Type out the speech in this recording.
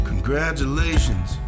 Congratulations